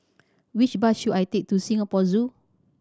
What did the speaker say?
which bus should I take to Singapore Zoo